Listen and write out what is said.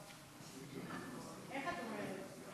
איך את אומרת?